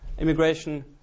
immigration